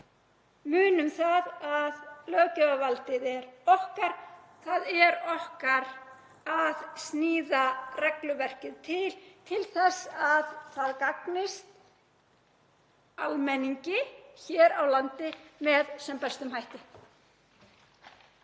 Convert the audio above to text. munum að löggjafarvaldið er okkar. Það er okkar að sníða regluverkið til til þess að það gagnist almenningi hér á landi með sem bestum hætti.